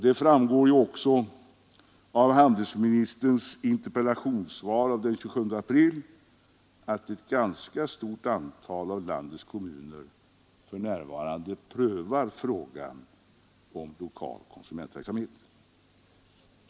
Det framgår ju också av handelsministerns interpellationssvar den 27 april, att ett ganska stort antal av landets kommuner för närvarande prövar frågan om lokal konsumentverksamhet.